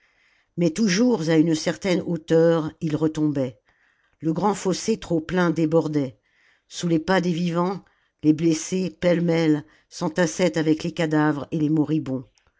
mais toujours à une certaine hauteur ils retombaient le grand fossé trop plein débordait sous les pas des vivants les blessés pêle-mêle s'entassaient avec les cadavres et les moribonds